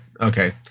okay